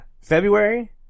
February